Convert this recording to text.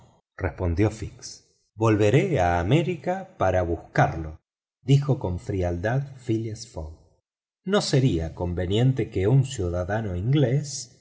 respondió fix volveré a américa para buscarlo dijo con frialdad phileas fogg no sería conveniente que un ciudadano inglés